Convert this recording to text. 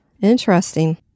interesting